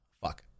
Fuck